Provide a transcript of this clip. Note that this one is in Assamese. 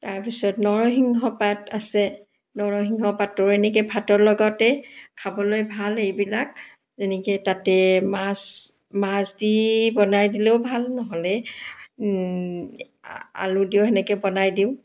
তাৰপিছত নৰসিংহ পাত আছে নৰসিংহ পাতো এনেকৈ ভাতৰ লগতে খাবলৈ ভাল এইবিলাক যেনেকৈ তাতে মাছ মাছ দি বনাই দিলেও ভাল নহ'লে আলু দিও সেনেকৈ বনাই দিওঁ